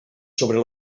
sobre